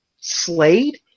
Slade